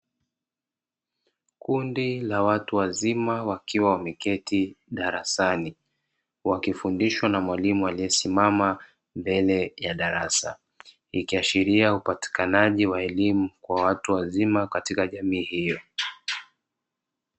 Kundi la watu wazima wakiwa wameketi darasani wakifundishwa na mwalimu aliyesimama mbele ya darasa. Ikiashiria ni upatikanaji wa elimu kwa watu wazima katika jamii hiyo.